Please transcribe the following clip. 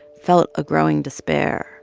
felt a growing despair